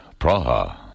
Praha